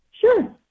Sure